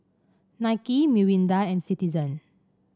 Nike Mirinda and Citizen